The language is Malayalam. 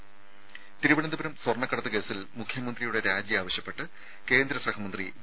ത തിരുവനന്തപുരം സ്വർണ്ണക്കടത്ത് കേസിൽ മുഖ്യമന്ത്രിയുടെ രാജി ആവശ്യപ്പെട്ട് കേന്ദ്ര സഹമന്ത്രി വി